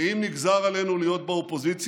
אם נגזר עלינו להיות באופוזיציה